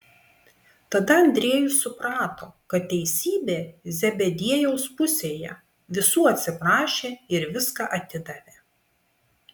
tada andriejus suprato kad teisybė zebediejaus pusėje visų atsiprašė ir viską atidavė